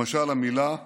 למשל המילה "עמונות"